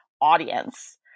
audience